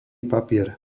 papier